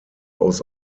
aus